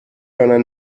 deiner